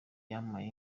yampaye